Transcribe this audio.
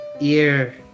Ear